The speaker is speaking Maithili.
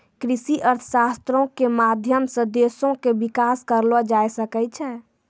कृषि अर्थशास्त्रो के माध्यम से देशो के विकास करलो जाय सकै छै